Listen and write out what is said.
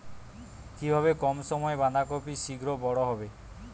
কিভাবে কম সময়ে বাঁধাকপি শিঘ্র বড় হবে?